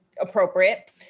appropriate